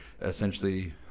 Essentially